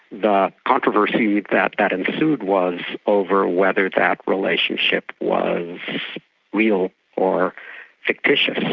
the controversy that that ensued was over whether that relationship was real or fictitious,